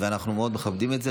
אנחנו מאוד מכבדים את זה.